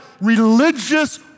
religious